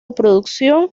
producción